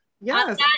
Yes